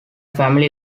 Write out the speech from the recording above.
family